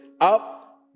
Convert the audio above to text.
Up